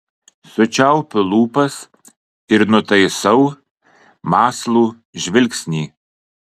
sučiaupiu lūpas ir nutaisau mąslų žvilgsnį